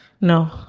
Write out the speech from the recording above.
No